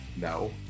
No